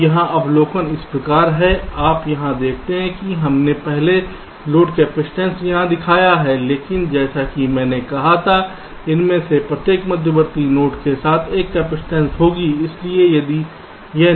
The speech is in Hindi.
अब यहाँ अवलोकन इस प्रकार है आप यहाँ देखते हैं कि हमने केवल लोड कैपेसिटेंस यहाँ दिखाया है लेकिन जैसा कि मैंने कहा था कि इनमें से प्रत्येक मध्यवर्ती नोड के साथ एक कपसिटंस होगी